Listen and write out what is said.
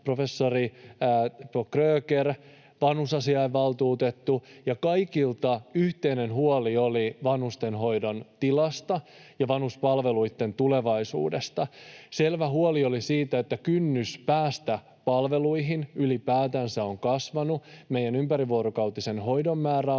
professori Teppo Kröger ja vanhusasiavaltuutettu, ja kaikilla oli yhteinen huoli vanhustenhoidon tilasta ja vanhuspalveluitten tulevaisuudesta. Selvä huoli oli siitä, että kynnys päästä palveluihin ylipäätänsä on kasvanut, meidän ympärivuorokautisen hoidon määrä on vähentynyt